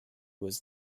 was